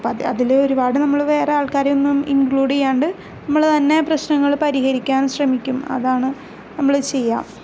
അപ്പം അത് അതില് ഒരുപാട് നമ്മള് വേറെ ആൾക്കാരെ ഒന്നും ഇൻക്ലൂഡ് ചെയ്യാണ്ട് നമ്മൾ തന്നെ പ്രശ്നങ്ങള് പരിഹരിയ്ക്കാൻ ശ്രമിക്കും അതാണ് നമ്മള് ചെയ്യുക